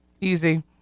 Easy